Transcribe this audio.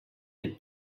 had